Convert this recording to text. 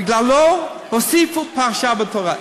בגללו הוסיפו פרשה בתורה.